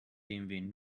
bmw